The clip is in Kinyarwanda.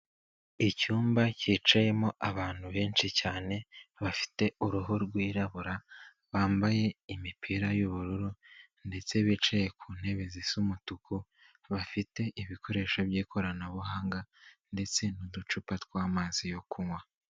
Icyumba cyicayemo abantu benshi cyane bafite uruhu rwirabura, bambaye imipira y'ubururu ndetse bicaye ku ntebe zisa umutuku, bafite ibikoresho by'ikoranabuhanga ndetse n'uducupa tw'amazi yo kunywa.